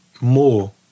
more